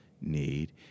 need